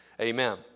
Amen